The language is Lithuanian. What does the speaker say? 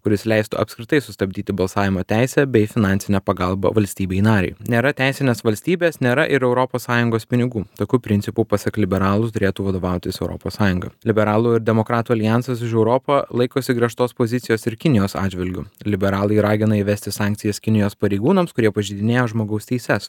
kuris leistų apskritai sustabdyti balsavimo teisę bei finansinę pagalbą valstybei narei nėra teisinės valstybės nėra ir europos sąjungos pinigų tokiu principu pasak liberalų turėtų vadovautis europos sąjunga liberalų ir demokratų aljansas už europą laikosi griežtos pozicijos ir kinijos atžvilgiu liberalai ragina įvesti sankcijas kinijos pareigūnams kurie pažeidinėja žmogaus teises